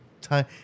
time